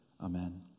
Amen